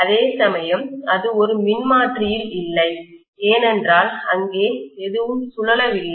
அதேசமயம் அது ஒரு மின்மாற்றியில் இல்லை ஏனென்றால் அங்கே எதுவும் சுழலவில்லை